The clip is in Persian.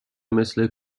مثل